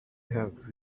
have